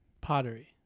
pottery